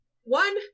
One